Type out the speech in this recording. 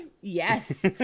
Yes